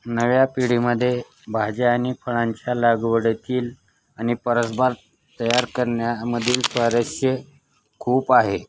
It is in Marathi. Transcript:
नव्या पिढीमध्ये भाज्या आणि फळांच्या लागवडतील आणि परसबाग तयार करण्यामधील स्वारस्य खूप आहे